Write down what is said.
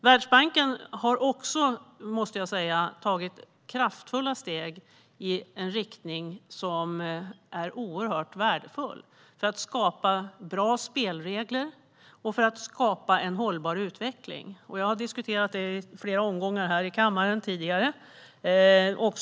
Världsbanken har tagit kraftfulla steg i en riktning som är oerhört värdefull för att skapa bra spelregler och en hållbar utveckling. Jag har diskuterat detta flera gånger tidigare här i kammaren.